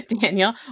Daniel